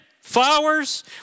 flowers